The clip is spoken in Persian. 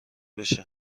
بشه